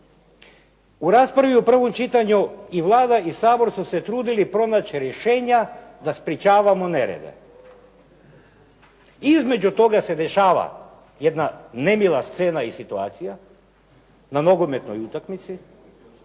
U raspravi o prvom čitanju i Vlada i Sabor su se trudili pronaći rješenja da sprečavamo nerede. Između toga se dešava jedna nemila scena i situacija na nogometnoj utakmici